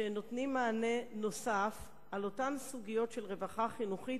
שנותנים מענה נוסף על אותן סוגיות של רווחה חינוכית,